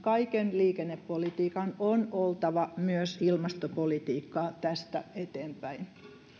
ja kaiken liikennepolitiikan on oltava myös ilmastopolitiikkaa tästä eteenpäin